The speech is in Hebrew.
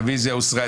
הרוויזיה הוסרה.